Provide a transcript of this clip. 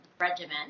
regimen